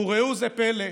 וראו זה פלא,